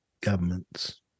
government's